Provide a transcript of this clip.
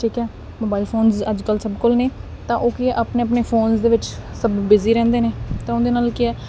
ਠੀਕ ਐ mobile phones ਅੱਜ ਕੱਲ ਸਭ ਕੋਲ ਨੇ ਤਾਂ ਉਹ ਆਪਣੇ ਆਪਣੇ ਫੋਨ ਦੇ ਵਿੱਚ ਸਭ ਬਿਜ਼ੀ ਰਹਿੰਦੇ ਨੇ ਤਾਂ ਉਹਦੇ ਨਾਲ ਕੀ ਐ